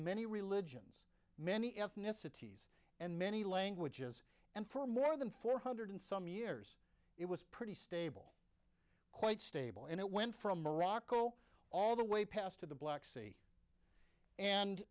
many religions many ethnicities and many languages and for more than four hundred some years it was pretty stable quite stable and it went from morocco all the way past to the black sea